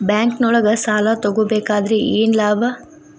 ಬ್ಯಾಂಕ್ನೊಳಗ್ ಸಾಲ ತಗೊಬೇಕಾದ್ರೆ ಏನ್ ಲಾಭ?